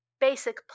basic